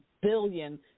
billion